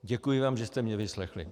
Děkuji vám, že jste mě vyslechli.